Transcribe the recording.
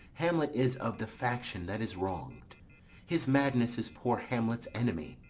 hamlet is of the faction that is wrong'd his madness is poor hamlet's enemy.